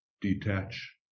detach